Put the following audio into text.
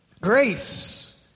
Grace